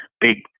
big